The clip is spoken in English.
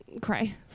Cry